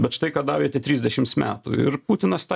bet štai ką davė tie trisdešims metų ir putinas tą